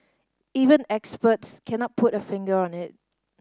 even experts cannot put a finger on it